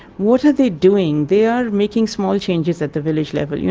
what are they doing? they are making small changes at the village level. you